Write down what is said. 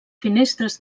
finestres